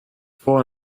bevor